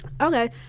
Okay